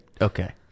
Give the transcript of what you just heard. Okay